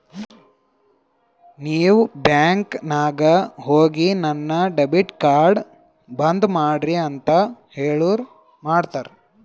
ನೀವ್ ಬ್ಯಾಂಕ್ ನಾಗ್ ಹೋಗಿ ನನ್ ಡೆಬಿಟ್ ಕಾರ್ಡ್ ಬಂದ್ ಮಾಡ್ರಿ ಅಂತ್ ಹೇಳುರ್ ಮಾಡ್ತಾರ